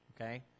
Okay